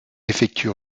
effectue